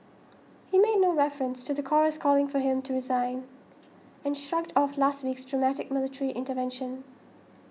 he made no reference to the chorus calling for him to resign and shrugged off last week's dramatic military intervention